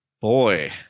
Boy